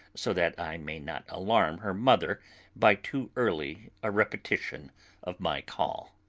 so that i may not alarm her mother by too early a repetition of my call.